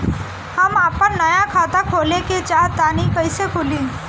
हम आपन नया खाता खोले के चाह तानि कइसे खुलि?